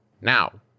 Now